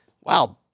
Wow